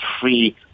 free